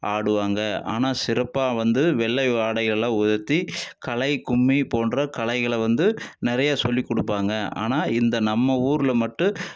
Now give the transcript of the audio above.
ஆடுவாங்க ஆனால் சிறப்பாக வந்து வெள்ளை ஆடைகள்லாம் உயர்த்தி கலை கும்மி போன்ற கலைகளை வந்து நிறைய சொல்லிக் கொடுப்பாங்க ஆனால் இந்த நம்ம ஊரில் மட்டும்